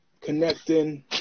Connecting